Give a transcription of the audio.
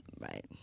Right